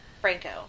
Franco